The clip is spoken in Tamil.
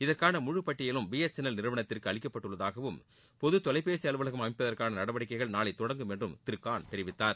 இதற்கான முழு பட்டியலும் பி எஸ் என் எல் நிறுவனத்திற்கு அளிக்கப்பட்டுள்ளதாகவும் பொது தொலைபேசி அலுவலகம் அமைப்பதற்கான நடவடிக்கைகள் நாளை தொடங்கும் என்றும் திரு கான் தெரிவித்தார்